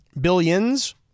Billions